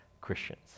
Christians